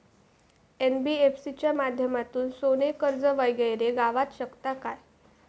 NBFC च्या माध्यमातून सोने कर्ज वगैरे गावात शकता काय?